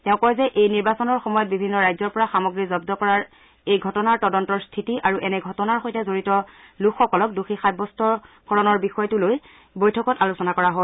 তেওঁ কয় যে এই নিৰ্বাচনৰ সময়ত বিভিন্ন ৰাজ্যৰ পৰা সামগ্ৰী জব্দ কৰাৰ এই ঘটনাই স্থিতি আৰু এনে ঘটনাৰ সৈতে জড়িত লোকসকলক দোষী সাবস্ত্যকৰণৰ বিষয়টো লৈ বৈঠকত আলোচনা কৰা হয়